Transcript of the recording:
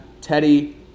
Teddy